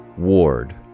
WARD